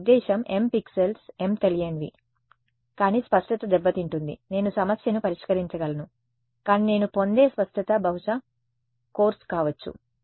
నా ఉద్దేశ్యం m pixels m తెలియనివి కానీ స్పష్టత దెబ్బతింటుంది నేను సమస్యను పరిష్కరించగలను కానీ నేను పొందే స్పష్టత బహుశా కోర్సు కావచ్చు